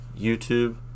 youtube